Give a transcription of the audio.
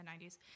90s